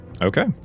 Okay